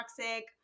toxic